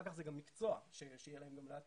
אחר כך זה גם מקצוע שיהיה להם גם לעתיד.